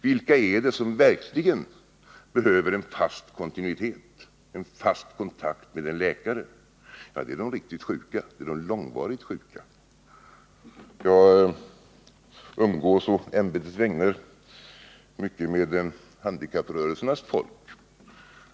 Vilka är det som verkligen behöver en fast kontinuitet, en fast kontakt med en läkare? Det är de långvarigt sjuka. Jag umgås å ämbetets vägnar mycket med handikapprörelsens folk.